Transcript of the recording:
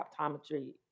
optometry